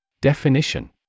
Definition